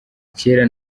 kera